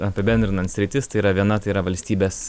apibendrinant sritis tai yra viena tai yra valstybės